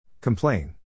Complain